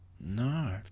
No